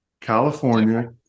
California